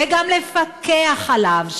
וגם לפקח עליו,